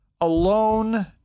alone